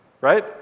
right